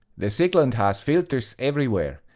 the siglent has filters everywhere,